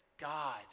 God